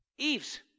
Eve's